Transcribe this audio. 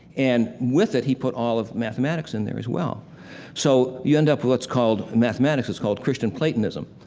and, with it, he put all of mathematics in there as well so, you end up with what's called, in mathematics, is called christian platonism,